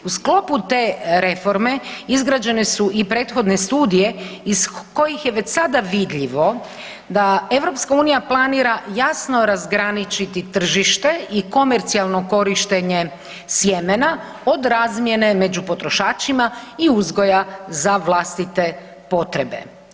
U sklopu te reforme izgrađene su i prethodne studije iz kojih je već sada vidljivo da EU planira jasno razgraničiti tržište i komercijalno korištenje sjemena od razmjene među potrošačima i uzgoja za vlastite potrebe.